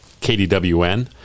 KDWN